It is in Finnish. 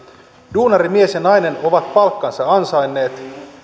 duunarimies ja nainen ovat palkkansa ansainneet